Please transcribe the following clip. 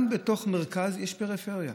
גם בתוך המרכז יש פריפריה.